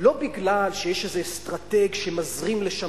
לא בגלל שיש איזה אסטרטג שמזרים לשם